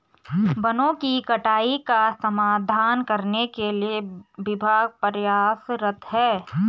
वनों की कटाई का समाधान करने के लिए विभाग प्रयासरत है